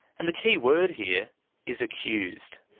and the key word here is accused.